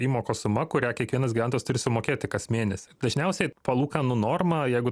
įmokos suma kurią kiekvienas gyventojas turi sumokėti kas mėnesį dažniausiai palūkanų norma jeigu